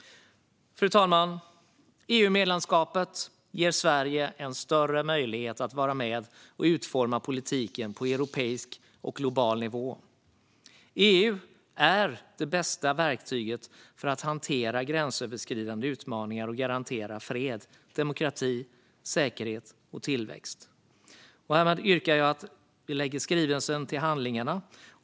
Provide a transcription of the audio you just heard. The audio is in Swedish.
Fru talman! EU-medlemskapet ger Sverige en större möjlighet att vara med och utforma politiken på europeisk och global nivå. EU är det bästa verktyget för att hantera gränsöverskridande utmaningar och garantera fred, demokrati, säkerhet och tillväxt. Jag yrkar att vi lägger skrivelsen till handlingarna.